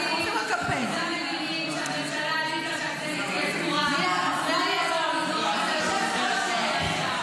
הם פשוט לא רוצים לבוא לעבוד,